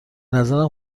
نظرم